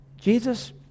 Jesus